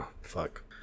fuck